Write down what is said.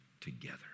together